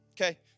Okay